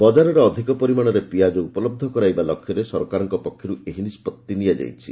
ବଜାରରେ ଅଧିକ ପରିମାଣରେ ପିଆଜ ଉପଲହ୍ଧ କରାଇବା ଲକ୍ଷ୍ୟରେ ସରକାରଙ୍କ ପକ୍ଷରୁ ଏହି ନିଷ୍ପଭି ନିଆଯାଇଛି